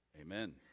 Amen